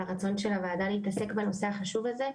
הרצון של הוועדה להתעסק בנושא החשוב הזה.